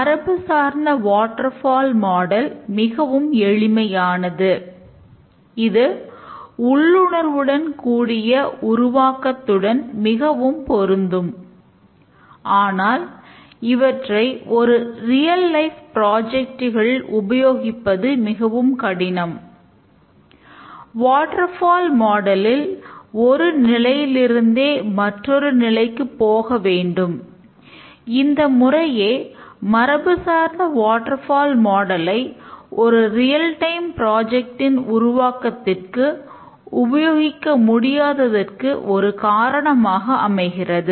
மரபுசார்ந்த water model உருவாக்கத்திற்கு உபயோகிக்க முடியாததற்கு ஒரு காரணமாக அமைகிறது